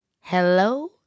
Hello